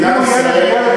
מה התנאי הזה?